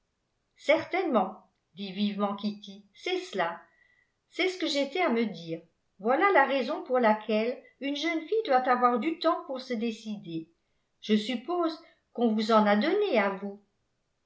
certainement dit vivement kitty c'est cela c'est ce que j'étais à me dire voilà la raison pour laquelle une jeune fille doit avoir du temps pour se décider je suppose qu'on vous en a donné à vous